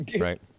Right